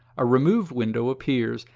a removed window appears,